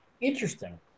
Interesting